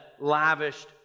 lavished